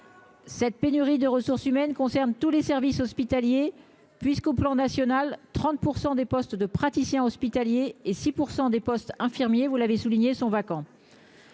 cette pénurie de ressources humaines concerne tous les services hospitaliers puisqu'au plan national 30 % des postes de praticiens hospitaliers et 6 % des postes infirmiers, vous l'avez souligné sont vacants,